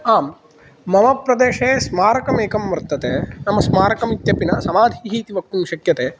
आम् मम प्रदेशे स्मारकम् एकं वर्तते नाम स्मारकं इत्यपि न समाधिः इति वक्तुं शक्यते